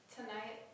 Tonight